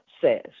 says